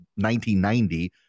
1990